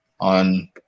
on